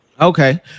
Okay